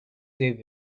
save